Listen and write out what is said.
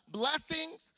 blessings